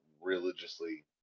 religiously